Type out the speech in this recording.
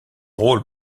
rôle